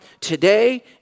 Today